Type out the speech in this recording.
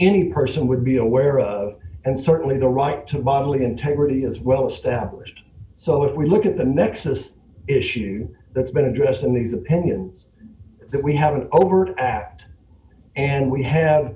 any person would be aware of and certainly the right to bodily integrity as well established so if we look at the nexus issue that's been addressed in these opinion that we have an overt act and we have